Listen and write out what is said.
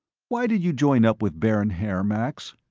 why did you join up with baron haer, max?